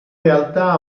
realtà